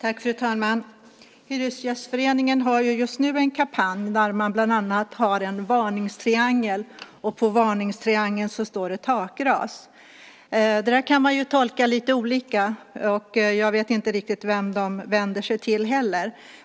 Fru talman! Hyresgästföreningen har just nu en kampanj där man bland annat har en varningstriangel, och på den står det: Takras. Det kan man tolka lite olika. Jag vet inte riktigt vem de vänder sig till heller.